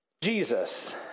Jesus